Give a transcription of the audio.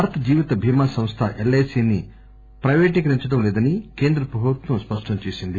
భారత జీవిత భీమా సంస్ల ఎల్ ఐ సిని ప్రయిపేటీకరించడం లేదని కేంద్ర ప్రభుత్వం స్పష్టం చేసింది